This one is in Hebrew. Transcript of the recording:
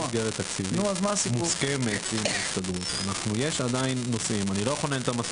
אולי קצת בצער אני אומר שאנחנו לא מנהלים את המשא